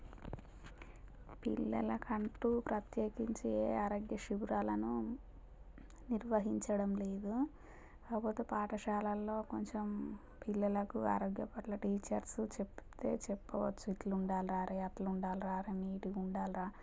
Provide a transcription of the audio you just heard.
పిల్లలకంటూ ప్రత్యేకించి ఏ ఆరోగ్య శిబిరాలను నిర్వహించడం లేదు కాకపోతే పాఠశాలల్లో కొంచెం పిల్లలకు ఆరోగ్య పట్ల టీచర్సు చెప్పితే చెప్పవచ్చు ఇలా ఉండాలి రా రే ఇలా ఉండాలి రా రే నీట్గా ఉండాలి రా